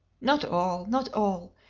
not all not all!